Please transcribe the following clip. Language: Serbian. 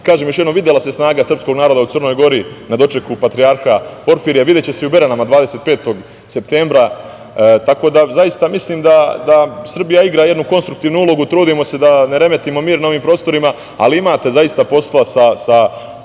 Kažem još jednom, videla se snaga srpskog naroda u Crnoj Gori na dočeku patrijarha Porfirija, videće se i u Beranama 25. septembra, tako da zaista mislim da Srbija igra jednu konstruktivnu ulogu. Trudimo se da ne remetimo mir na ovim prostorima, ali imate zaista posla sa